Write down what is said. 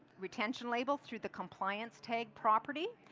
retention label through the compliance tag property,